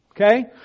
Okay